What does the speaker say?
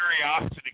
curiosity